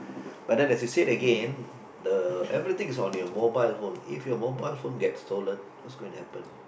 but then as you say again the everything is on your mobile phone if your mobile phone get stolen what's going to happen